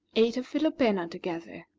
ate a philopena together.